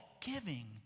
giving